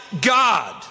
God